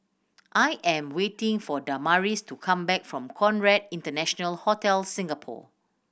I am waiting for Damaris to come back from Conrad International Hotel Singapore